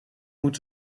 moet